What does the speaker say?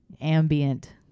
Ambient